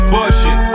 Bullshit